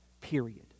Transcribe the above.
Period